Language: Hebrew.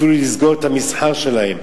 אפילו לסגור את המסחר שלהם,